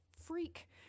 freak